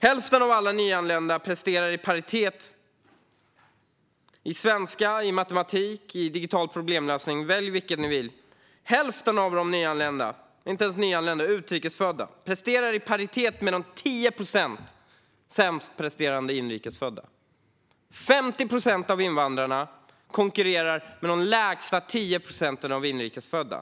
Hälften av alla utrikesfödda presterar när det gäller svenska, matematik och digital problemlösning i paritet med de 10 procenten sämst presterande inrikesfödda, och 50 procent av invandrarna konkurrerar med de lägsta 10 procenten inrikesfödda.